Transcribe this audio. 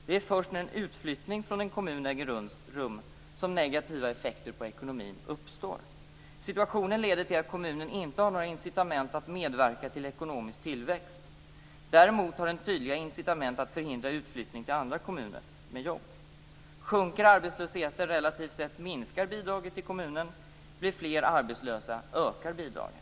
Det är först när en utflyttning från en kommun äger rum som negativa effekter på ekonomin uppstår. Situationen leder till att kommunen inte har några incitament att medverka till ekonomisk tillväxt. Däremot har den tydliga incitament att förhindra utflyttning till andra kommuner med jobb. Sjunker arbetslösheten relativt sett minskar bidraget till kommunen. Blir fler arbetslösa ökar bidraget.